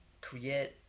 create